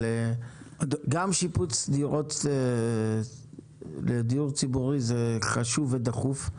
אבל גם שיפוץ דירות בדיור ציבורי זה חשוב ודחוף.